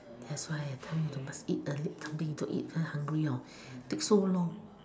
that's why I tell you to must eat a little bit don't eat very hungry hor take so long